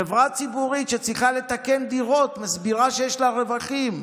חברה ציבורית שצריכה לתקן דירות מסבירה שיש לה רווחים.